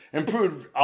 improved